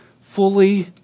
fully